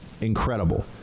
incredible